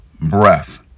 breath